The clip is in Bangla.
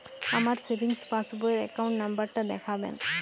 আমার সেভিংস পাসবই র অ্যাকাউন্ট নাম্বার টা দেখাবেন?